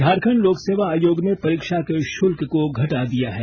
झारखंड लोकसेवा आयोग ने परीक्षा के शुल्क को घटा दिया है